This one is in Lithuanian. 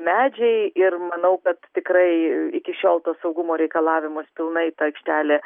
medžiai ir manau kad tikrai iki šiol to saugumo reikalavimus pilnai ta aikštelė